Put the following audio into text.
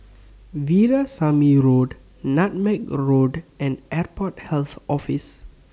Veerasamy Road Nutmeg Road and Airport Health Office